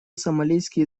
сомалийские